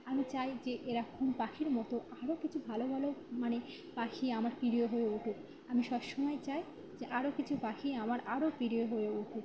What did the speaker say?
আমি চাই যে এ রকম পাখির মতো আরও কিছু ভালো ভালো মানে পাখি আমার প্রিয় হয়ে উঠুক আমি সব সময় চাই যে আরও কিছু পাখি আমার আরও প্রিয় হয়ে উঠুক